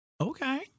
Okay